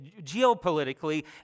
geopolitically